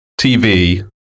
TV